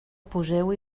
poseu